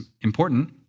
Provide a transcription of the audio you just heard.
important